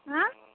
অ্যাঁ